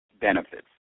benefits